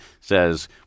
says